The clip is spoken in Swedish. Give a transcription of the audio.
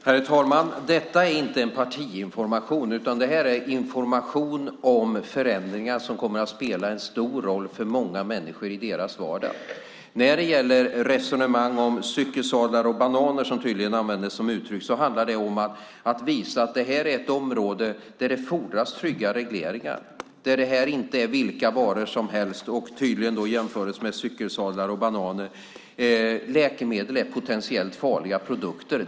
Herr talman! Detta är inte en partiinformation. Det är information om förändringar som kommer att spela en stor roll för många människor i deras vardag. När det gäller resonemang om cykelsadlar och bananer, som tydligen användes som uttryck, handlar det om att visa att detta är ett område där det fordras trygga regleringar. Det är inte vilka varor som helst. Tydligen jämfördes det med cykelsadlar och bananer. Läkemedel är potentiellt farliga produkter.